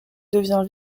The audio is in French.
devient